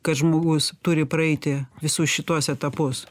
kad žmogus turi praeiti visus šituos etapus